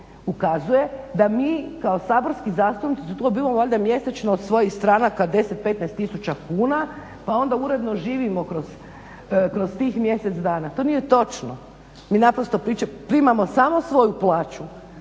ukazuje da mi kao saborski zastupnici su tu dobivali valjda mjesečno od svojih stranaka 10, 15 tisuća kuna, pa onda uredno živimo kroz tih mjesec dana, to nije točno. Mi naprosto primamo samo svoju plaću,